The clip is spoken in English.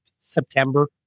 September